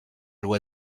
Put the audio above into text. loi